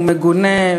הוא מגונה.